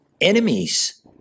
enemies